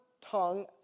tongue